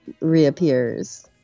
reappears